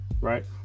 Right